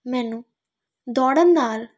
ਮੈਨੂੰ ਦੌੜਨ ਨਾਲ